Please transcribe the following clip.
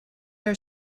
are